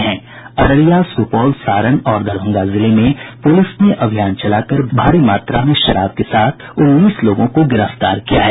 अररिया सुपौल सारण और दरभंगा जिले में पुलिस ने अभियान चला कर भारी मात्रा में शराब के साथ उन्नीस लोगों को गिरफ्तार किया है